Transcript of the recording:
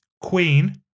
Queen